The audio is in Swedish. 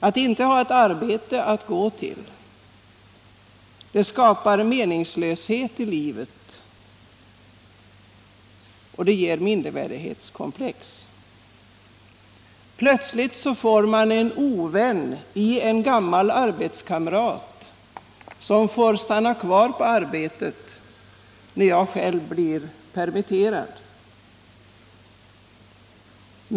Att inte ha ett arbete att gå till skapar meningslöshet i livet, och det ger mindervärdeskomplex. Plötsligt får man en ovän i en gammal arbetskamrat som får stanna kvar på arbetet när man själv blir permitterad.